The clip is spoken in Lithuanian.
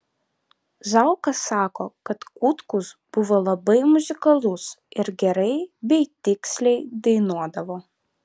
zauka sako kad kutkus buvo labai muzikalus ir gerai bei tiksliai dainuodavo